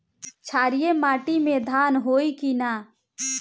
क्षारिय माटी में धान होई की न?